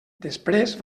després